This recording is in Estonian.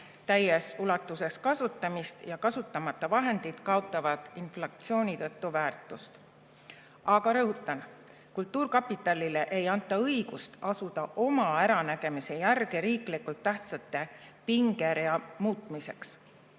täies ulatuses kasutamist ja kasutamata vahendid kaotavad inflatsiooni tõttu väärtust. Aga rõhutan: kultuurkapitalile ei anta õigust asuda oma äranägemise järgi riiklikult tähtsate objektide pingerea muutmiseks.